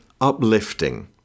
uplifting